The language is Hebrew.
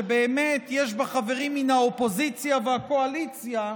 שיש בה חברים מן האופוזיציה והקואליציה,